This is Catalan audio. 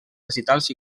recitals